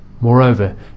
Moreover